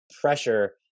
pressure